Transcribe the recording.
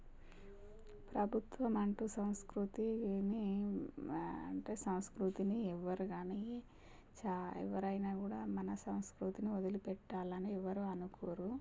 ప్రభుత్వం అంటూ సంస్కృతీ ఏమీ అంటే సంస్కృతిని ఎవ్వరు కానీ చా ఎవరైనా కూడా మన సంస్కృతిని వదిలి పెట్టాలని ఎవ్వరూ అనుకోరు